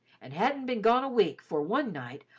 and hadn't been gone a week fore one night,